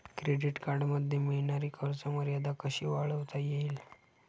Credit कार्डमध्ये मिळणारी खर्च मर्यादा कशी वाढवता येईल?